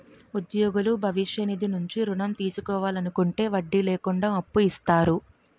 ఉద్యోగులు భవిష్య నిధి నుంచి ఋణం తీసుకోవాలనుకుంటే వడ్డీ లేకుండా అప్పు ఇస్తారు